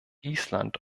island